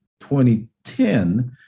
2010